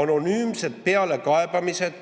"anonüümsed pealekaebamised